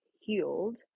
healed